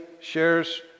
shares